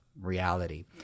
reality